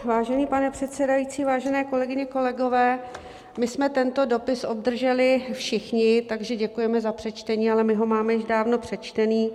Vážený pane předsedající, vážené kolegyně, kolegové, my jsme tento dopis obdrželi všichni, takže děkujeme za přečtení, ale my ho máme již dávno přečtený.